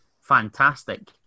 fantastic